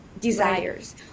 Desires